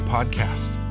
Podcast